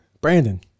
Brandon